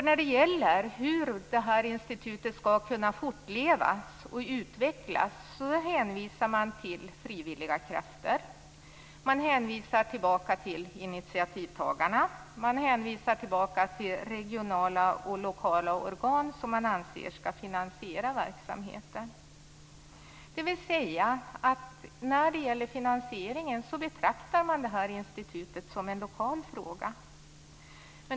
När det gäller hur det här institutet skall kunna fortleva och utvecklas hänvisar man till frivilliga krafter. Man hänvisar tillbaka till initiativtagarna och till regionala och lokala organ, som man anser skall finansiera verksamheten. Det betyder att man betraktar finansieringen av det här institutet som en lokal fråga.